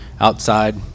outside